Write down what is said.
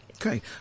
okay